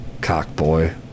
Cockboy